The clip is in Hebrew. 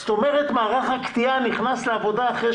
זאת אומרת מערך הקטיעה נכנס לעבודה אחרי